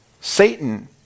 Satan